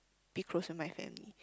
be close to my family